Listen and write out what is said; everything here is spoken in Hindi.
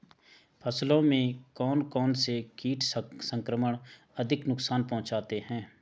फसलों में कौन कौन से कीट संक्रमण अधिक नुकसान पहुंचाते हैं?